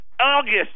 August